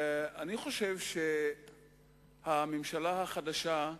אני חושב שהממשלה החדשה,